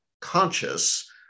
conscious